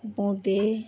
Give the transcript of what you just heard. বোঁদে